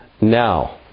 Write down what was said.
now